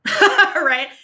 right